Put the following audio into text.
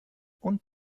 und